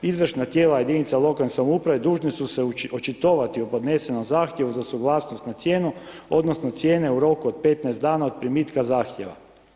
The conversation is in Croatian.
Izvršna tijela jedinica lokalne samouprave dužne su se očitovati o podnesenom zahtjevu za suglasnost na cijenu, odnosno cijene u roku od 15 dana od primitka zahtjeva.